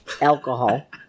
alcohol